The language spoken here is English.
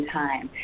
time